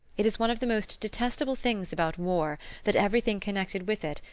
it is one of the most detestable things about war that everything connected with it,